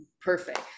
perfect